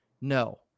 No